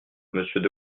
monsieur